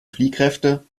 fliehkräfte